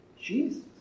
Jesus